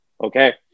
okay